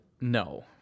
no